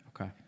Okay